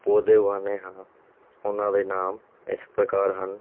ਪੌਦੇ ਉਗਾਉਂਦੇ ਹਾਂ ਉਨ੍ਹਾਂ ਦੇ ਨਾਮ ਇਸ ਪ੍ਰਕਾਰ ਹਨ